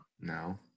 No